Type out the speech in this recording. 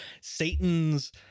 Satan's